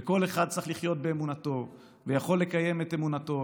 וכל אחד צריך לחיות באמונתו ויכול לקיים את אמונתו.